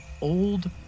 old